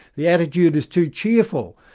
the attitude is too cheerful.